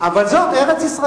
אבל זאת ארץ-ישראל.